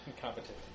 competition